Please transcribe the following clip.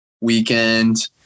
weekend